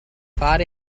fare